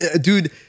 Dude